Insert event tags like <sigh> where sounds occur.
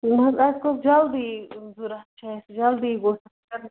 نَہ حظ اسہِ گٔژھ جلدیی ضروٗرت چھِ اسہِ جلدی گٔژھ <unintelligible>